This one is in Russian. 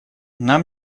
нам